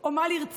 או מה לרצות.